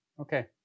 Okay